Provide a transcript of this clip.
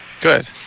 good